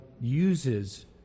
uses